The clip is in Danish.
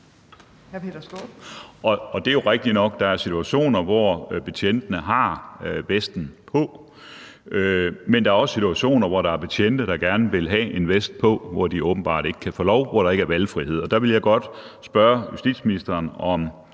Det er jo rigtigt nok, at der er situationer, hvor betjentene har veste på, men der er også situationer, hvor der er betjente, der gerne vil have en vest på, men åbenbart ikke kan få lov til det, altså hvor der ikke er valgfrihed. Der vil jeg godt spørge justitsministeren, om